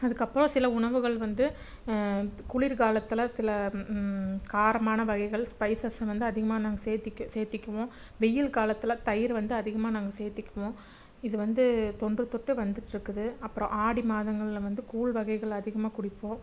அதுக்கப்புறம் சில உணவுகள் வந்து குளிர்காலத்தில் சில காரமான வகைகள் ஸ்பைசஸ் வந்து அதிகமாக நாங்கள் சேத்திக்கி சேத்திக்கிவோம் வெயில் காலத்தில் தயிர் வந்து அதிகமாக நாங்கள் சேத்திக்கிவோம் இது வந்து தொன்றுத்தொட்டி வந்துட்டிருக்குது அப்புறம் ஆடி மாதங்களில் வந்து கூழ் வகைகள் அதிகமாக குடிப்போம்